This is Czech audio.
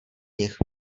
nich